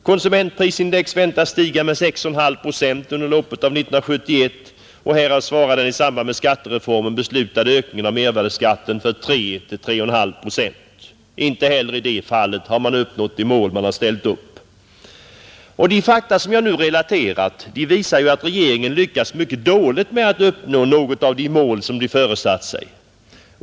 Konsumentprisindex väntas stiga med ca 6,5 procent under loppet av 1971. Härav svarar den i samband med skattereformen beslutade ökning av mervärdeskatten för 3—3,5 procent. Inte heller i det fallet har man nått de mål man har ställt upp. De fakta som jag nu har relaterat visar att regeringen har lyckats mycket dåligt med att uppnå något av de mål den föresatt sig.